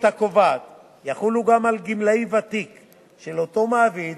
הקובעת יחולו גם על גמלאי ותיק של אותו מעביד,